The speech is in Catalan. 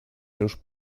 seus